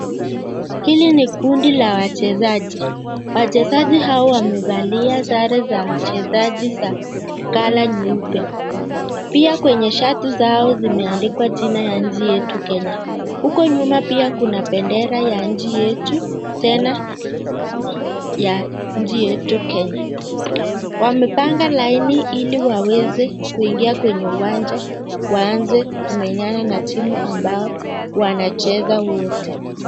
Hili ni kundi la wachezaji. Wachezaji hawa wamevalia sare za wachezaji za (cs) color nyeupe. Pia kwenye shati zao zimeandikwa jina ya nchi yetu Kenya. Huko nyuma pia kuna bendera yetu tena ya nchi yetu Kenya. Wamepanga laini ili waweze kuingia kwenye uwanja waanze kuminyana na timu ambao wanacheza wote.